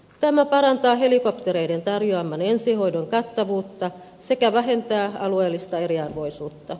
tämä parantaa helikoptereiden tarjoaman ensihoidon kattavuutta sekä vähentää alueellista eriarvoisuutta